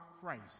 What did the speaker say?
Christ